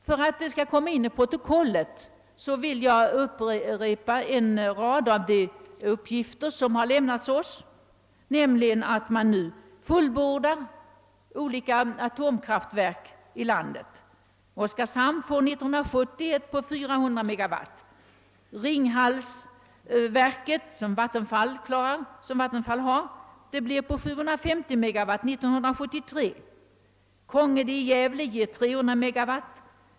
För att det skall komma in i protokollet vill jag återge en rad av de uppgifter som har lämnats oss om olika atomkraftverk som nu fullbordas i landet. Oskarshamn får 1970 ett kärnkraft verk på 400 MW. Ringhalsverket, som ägs av vattenfallsverket, blir färdigt 1973 och får en effekt på 750 MW. Krångede i Gävle får 1975 ett oljekraftverk på 300 MW.